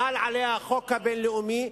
חל עליה החוק הבין-לאומי,